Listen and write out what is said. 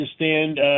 understand